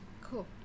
Cool